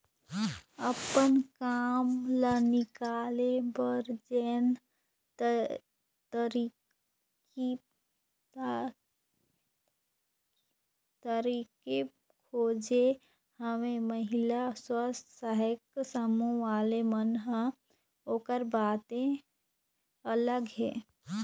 अपन काम ल निकाले बर जेन तरकीब खोजे हवय महिला स्व सहायता समूह वाले मन ह ओखर बाते अलग हे